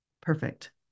Perfect